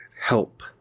help